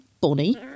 Bonnie